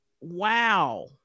Wow